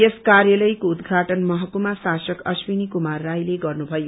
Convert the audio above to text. यस कार्यालयको उद्धाटन महकुमा शासक अश्विनी कुमार रायले गर्नुभयो